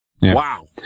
Wow